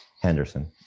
Henderson